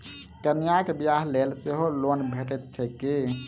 कन्याक बियाह लेल सेहो लोन भेटैत छैक की?